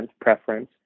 preference